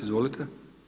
Izvolite.